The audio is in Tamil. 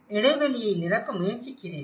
இடைவெளியை நிரப்ப முயற்சிக்கிறீர்கள்